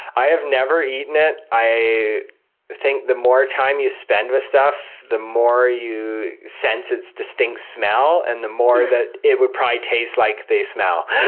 i have never eaten it. i think the more time you spend with stuff, the more you sense its distinct smell and the more that it would probably taste like the smell.